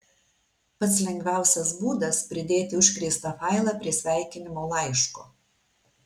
pats lengviausias būdas pridėti užkrėstą failą prie sveikinimo laiško